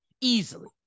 easily